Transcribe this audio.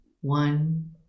one